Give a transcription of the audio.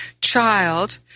child